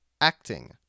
acting